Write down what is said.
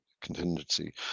contingency